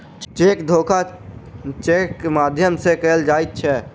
cheque धोखा चेकक माध्यम सॅ कयल जाइत छै